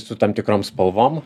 su tam tikrom spalvom